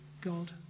God